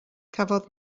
cafodd